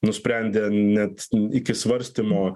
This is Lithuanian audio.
nusprendė net iki svarstymo